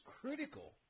critical